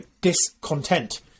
discontent